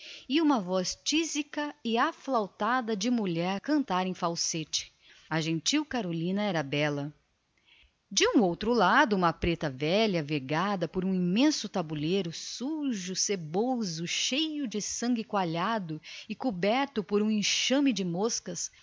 e uma voz tísica e aflautada de mulher cantar em falsete a gentil carolina era bela do outro lado da praça uma preta velha vergada por imenso tabuleiro de madeira sujo seboso cheio de sangue e coberto por uma nuvem de moscas